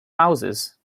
houses